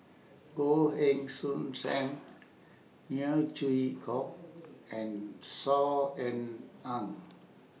Goh Heng Soon SAM Neo Chwee Kok and Saw Ean Ang